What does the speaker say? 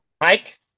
Mike